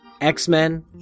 X-Men